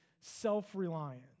self-reliant